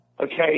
okay